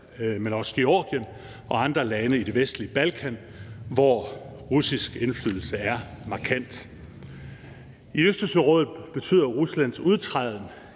men også Georgien og andre lande i det vestlige Balkan, hvor russisk indflydelse er markant. I Østersørådet betyder Ruslands udtræden